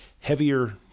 heavier